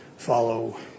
follow